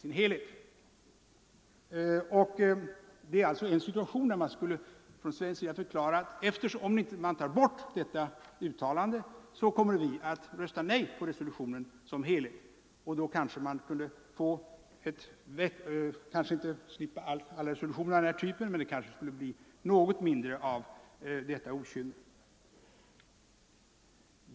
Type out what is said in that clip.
I en sådan situation borde man från svensk sida på förhand ha klargjort att om nämnda uttalande inte togs bort skulle man komma att rösta nej till resolutionen. Genom ett sådant förfarande skulle man i fortsättningen kanske inte slippa alla resolutioner av denna typ men det skulle måhända bli något mindre av detta okynne.